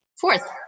fourth